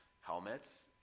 helmets